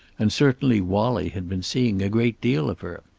and certainly wallie had been seeing a great deal of her.